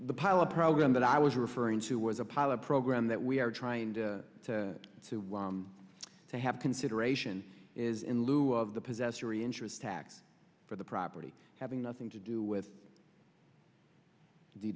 the pilot program that i was referring to was a pilot program that we are trying to sue to have consideration is in lieu of the possessory interest tax for the property having nothing to do with